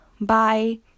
Bye